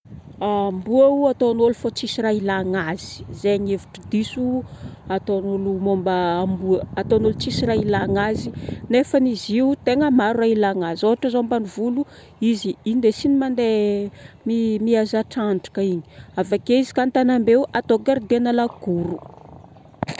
amboa o, ataon'olo fa tsisy raha ilagna azy.zegny hevitry diso ataon'olo momba amboa. Ataon'olo tsisy raha ilagana azy. Nefany izy io tegna maro raha ilagna azy.ôhatra zao ambanivolo indesigna mandeha mi mihaza trandraka igny .avakeo izy ka antagnambe atao gardien nalakoro